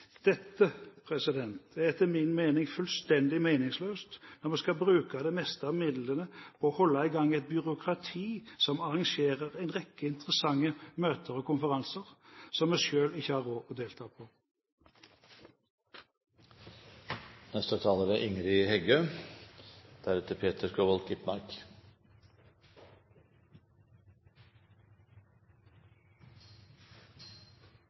er etter min mening fullstendig meningsløst at man skal bruke det meste av midlene på å holde i gang et byråkrati som arrangerer en rekke interessante møter og konferanser som vi selv ikke har råd til å delta